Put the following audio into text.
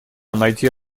найти